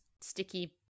sticky